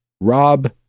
Rob